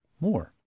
More